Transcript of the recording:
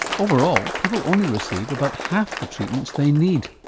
overall, people only receive about half the treatments they need.